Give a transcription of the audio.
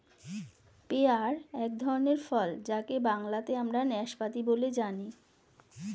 pair এক ধরনের ফল যাকে বাংলাতে আমরা নাসপাতি বলে জানি